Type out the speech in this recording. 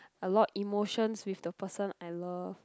a lot emotions with the person I love